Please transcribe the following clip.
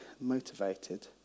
motivated